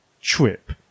trip